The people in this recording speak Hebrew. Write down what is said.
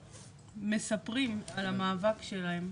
החרם, מספרים על המאבק שלהם.